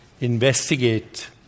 investigate